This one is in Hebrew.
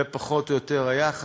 זה פחות או יותר היחס.